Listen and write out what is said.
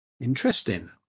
Interesting